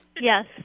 Yes